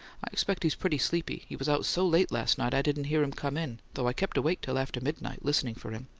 i expect he's pretty sleepy he was out so late last night i didn't hear him come in, though i kept awake till after midnight, listening for him.